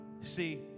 See